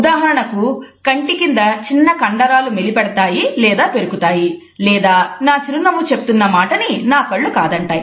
ఉదాహరణకు కంటి కింద చిన్న కండరాలు మెలి పెడతాయి లేదా పెరుకుతాయి లేదా నా చిరునవ్వు చెప్తున్న మాట ని నా కళ్ళు కాదంటాయి